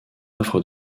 offre